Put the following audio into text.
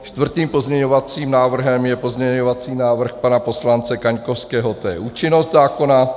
Čtvrtým pozměňovacím návrhem je pozměňovací návrh pana poslance Kaňkovského to je účinnost zákona.